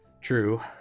True